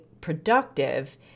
productive